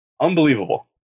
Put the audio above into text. Unbelievable